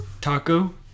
taco